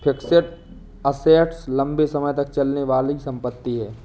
fixed assets लंबे समय तक चलने वाली संपत्ति है